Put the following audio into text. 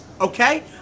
okay